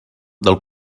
del